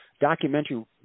documentary